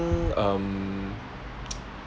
um